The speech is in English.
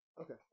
okay